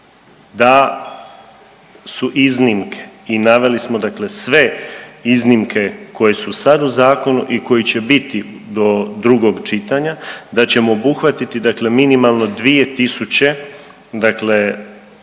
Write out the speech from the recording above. da su iznimke i naveli smo sve iznimke koje su sad u zakonu i koje će biti do drugog čitanja da ćemo obuhvatiti minimalno 2.000 osoba